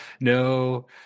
no